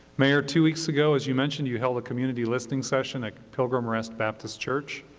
mayor, two weeks ago, as you mentioned, you held a community listening session at pilgrim rest baptist church,